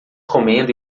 comendo